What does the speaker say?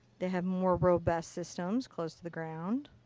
they have more robust systems close to the ground.